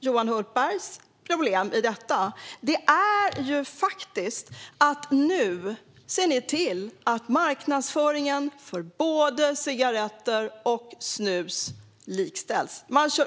Johan Hultbergs problem i detta tycker jag är att ni nu ser till att marknadsföringen för cigaretter och snus likställs.